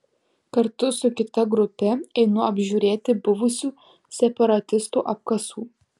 kartu su kita grupe einu apžiūrėti buvusių separatistų apkasų